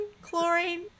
Chlorine